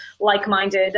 like-minded